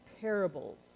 parables